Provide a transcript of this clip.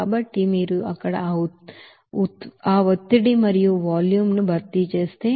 కాబట్టి మీరు అక్కడ ఆ ఒత్తిడి మరియు వాల్యూమ్ ను భర్తీ చేస్తే